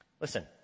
Listen